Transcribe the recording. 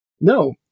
No